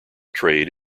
trade